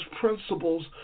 principles